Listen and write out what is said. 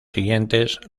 siguientes